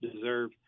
deserve